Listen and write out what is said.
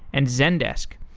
and zendesk.